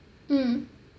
mm